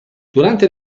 durante